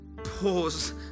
pause